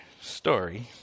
story